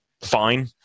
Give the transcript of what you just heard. fine